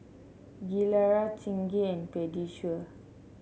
Gilera Chingay and Pediasure